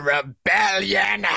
Rebellion